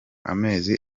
amezi